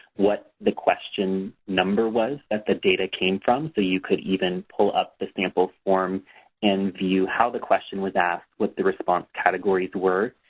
what the question number was that the data came from. so, you can even pull up the sample form and view how the question was asked, what the response categories were.